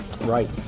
right